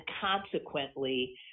consequently